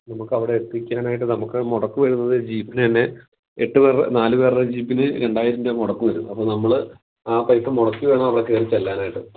നമ്മൾക്ക് അവിടെ എത്തിക്കാനായിട്ട് നമുക്ക് ഉടക്ക് വരുന്നത് ജീപ്പിന് തന്നെ എട്ടുപേരുടെ നാലുപേരുടെ ജീപ്പിന് രണ്ടായിരം രൂപ മുടക്ക് വരും അപ്പോൾ നമ്മൾ ആ പൈസ മുടക്കി വേണം അവിടെ കയറി ചെല്ലാനായിട്ട്